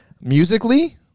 Musically